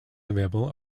available